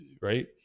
right